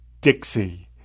Dixie